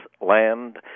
land